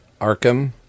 Arkham